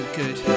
good